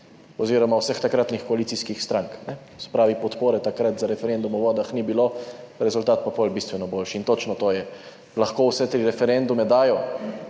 oziroma vseh takratnih koalicijskih strank. Se pravi, podpore takrat za referendum o vodah ni bilo, rezultat pa pol bistveno boljši. In točno to je lahko, vse tri referendume dajo